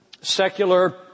secular